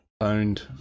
owned